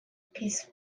peace